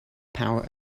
power